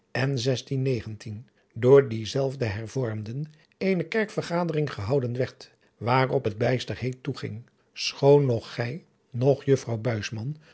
en door diezelfde hervormden eene kerkvergadering gehouden werd waarop het bijster heet toeging schoon noch gij noch juffrouw